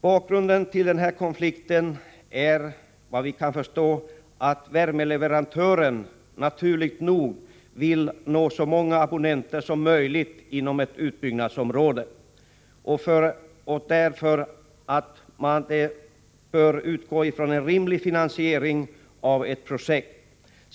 Bakgrunden till den här konflikten är, såvitt vi kan förstå, att värmeleverantören naturligt nog vill nå så många abonnenter som möjligt inom ett utbyggnadsområde för att få en rimlig finansiering av ett projekt.